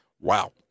Wow